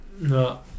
no